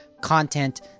content